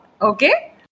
Okay